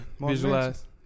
visualize